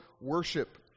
worship